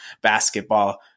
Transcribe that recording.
basketball